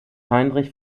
heinrich